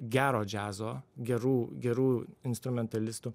gero džiazo gerų gerų instrumentalistų